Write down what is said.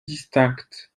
distinctes